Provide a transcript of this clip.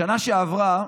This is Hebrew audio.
בשנה שעברה,